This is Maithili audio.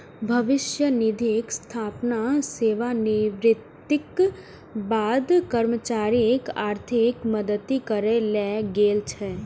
भविष्य निधिक स्थापना सेवानिवृत्तिक बाद कर्मचारीक आर्थिक मदति करै लेल गेल छै